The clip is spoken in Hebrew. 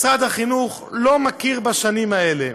משרד החינוך לא מכיר בשנים האלה.